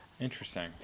Interesting